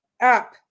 up